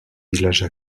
villages